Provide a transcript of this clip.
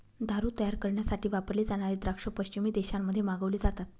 दारू तयार करण्यासाठी वापरले जाणारे द्राक्ष पश्चिमी देशांमध्ये मागवले जातात